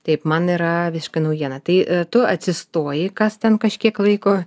taip man yra viška naujiena tai tu atsistoji kas ten kažkiek laiko